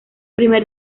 primer